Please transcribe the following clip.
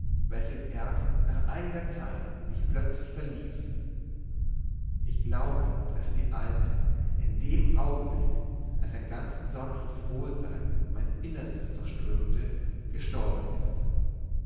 welches erst nach einiger zeit mich plötzlich verließ ich glaube daß die alte in dem augenblick als ein ganz besonderes wohlsein mein innerstes durchströmte gestorben ist